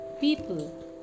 People